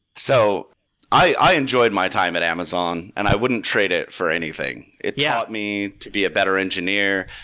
so i enjoyed my time at amazon and i wouldn't trade it for anything. it yeah taught me to be a better engineer.